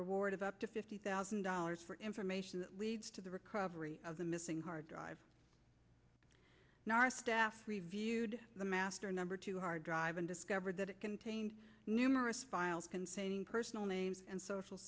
reward of up to fifty thousand dollars for information that leads to the recovery of the missing hard drives in our staff reviewed the master number two hard drive and discovered that it contained numerous files consigning personal name and social